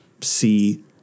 see